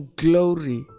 glory